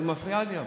אבל היא מפריעה לי.